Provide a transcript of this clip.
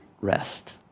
rest